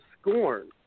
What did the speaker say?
scorn